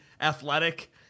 athletic